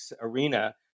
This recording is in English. arena